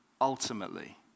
ultimately